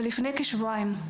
ולפני כשבועיים,